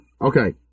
Okay